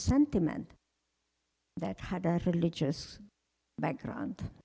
sentiment that had that religious background